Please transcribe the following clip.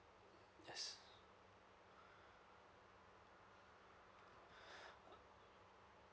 yes